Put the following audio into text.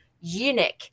eunuch